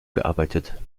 gearbeitet